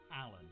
Alan